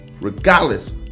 regardless